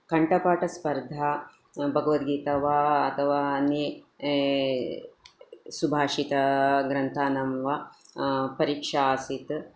कण्ठपाठस्पर्धा भगवद्गीता वा अथवा अन्ये सुभाषितग्रन्थानां वा परिक्षा आसीत्